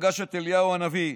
ופגש את אליהו הנביא,